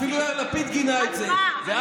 לגנות את הבריונות ואת